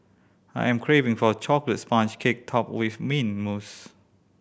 I am craving for a chocolate sponge cake topped with mint mousse